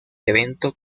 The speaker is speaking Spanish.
evento